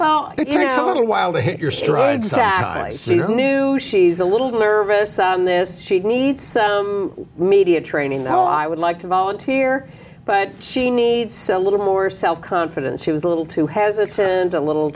sally she's new she's a little nervous on this she needs some media training though i would like to volunteer but she needs a little more self confidence she was a little too has attended a little